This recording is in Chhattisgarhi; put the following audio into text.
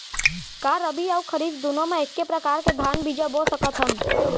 का रबि अऊ खरीफ दूनो मा एक्के प्रकार के धान बीजा बो सकत हन?